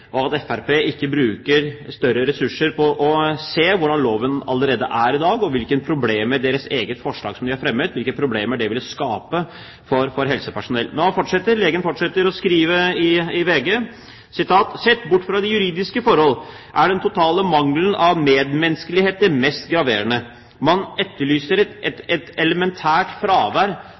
og at Fremskrittspartiet ikke bruker større ressurser på å se hvordan loven allerede er i dag, og hvilke problemer det forslaget som de har fremmet, ville skape for helsepersonell. Legen fortsetter: «Sett bort fra de juridiske forhold, er den totale mangelen av medmenneskelighet det mest graverende. Man utlyser et elementært fravær av empati i det man velger å forfølge den svakeste gruppen av mennesker i et